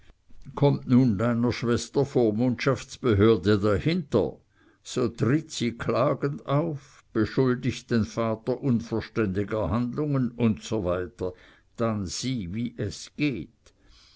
kommt nun deiner schwester vormundschaftsbehörde dahinter so trittet sie klagend auf beschuldigt den vater unverständiger handlungen usw dann sieh wie es geht